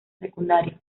secundario